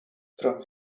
from